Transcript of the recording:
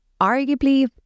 Arguably